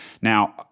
Now